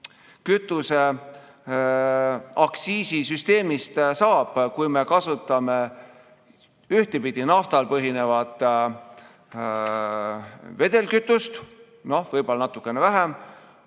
kütuseaktsiisi süsteemist saab, kui me kasutame naftal põhinevat vedelkütust – no võib-olla natuke vähem